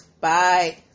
Bye